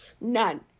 None